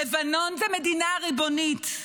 לבנון היא מדינה ריבונית,